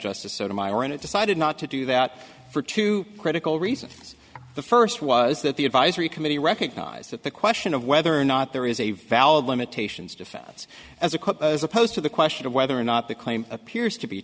justice sotomayor and it decided not to do that for two critical reasons the first was that the advisory committee recognized that the question of whether or not there is a valid limitations defense as a quote as opposed to the question of whether or not the claim appears to be